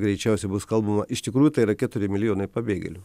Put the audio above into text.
greičiausiai bus kalbų iš tikrųjų tai yra keturi milijonai pabėgėlių